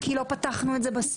כי לא פתחנו את זה בסוף.